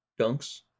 dunks